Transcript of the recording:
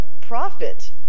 profit